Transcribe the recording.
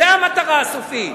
זאת המטרה הסופית.